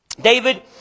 David